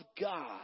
God